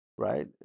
Right